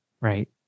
right